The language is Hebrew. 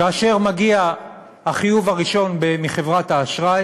כאשר מגיע החיוב הראשון מחברת האשראי